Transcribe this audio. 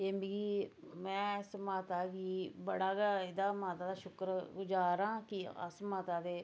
एह् मिगी में इस माता गी बड़ा गै इदा माता दा शुक्रगुजार आं कि अस माता दे